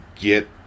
get